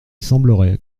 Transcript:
semblerait